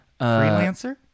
Freelancer